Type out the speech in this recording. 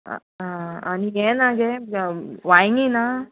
आं आं आनी हें ना गे वांयगी ना